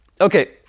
okay